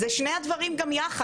אלה שני הדברים גם יחד.